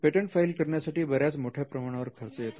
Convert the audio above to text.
patent file करण्यासाठी बऱ्याच मोठ्या प्रमाणावर खर्च येतो